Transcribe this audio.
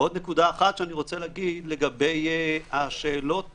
לגבי השאלה